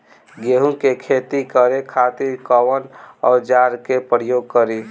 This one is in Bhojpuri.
गेहूं के खेती करे खातिर कवन औजार के प्रयोग करी?